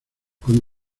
con